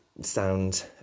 sound